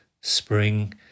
spring